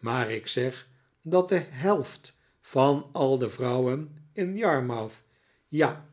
maar ik zeg dat de helft van al de vrouwen in yarmouth ja